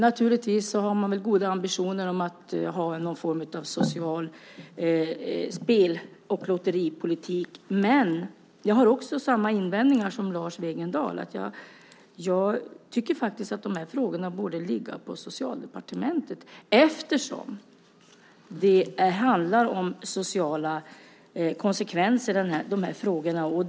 Naturligtvis har man väl goda ambitioner att ha någon form av social spel och lotteripolitik, men jag har samma invändningar som Lars Wegendal. Jag tycker att frågorna borde ligga på Socialdepartementet eftersom det handlar om sociala konsekvenser.